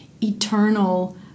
eternal